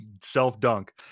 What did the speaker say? self-dunk